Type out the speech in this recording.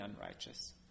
unrighteous